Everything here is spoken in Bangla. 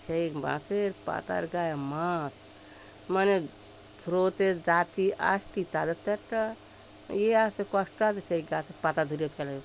সেই গাছের পাতার গায়ে মাছ মানে স্রোতের যেতে আসটি তাদের তো একটা ইয়ে আছে কষ্ট আছে সেই গাছের পাতা ধরে ফেলে